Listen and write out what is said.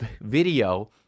video